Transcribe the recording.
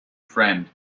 friend